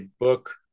book